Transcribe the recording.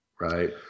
right